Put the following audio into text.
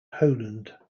poland